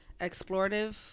explorative